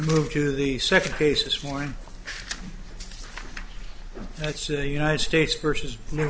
moved to the second case this morning that's a united states versus new